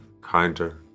kinder